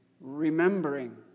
remembering